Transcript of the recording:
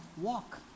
walk